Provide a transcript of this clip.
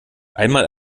einmal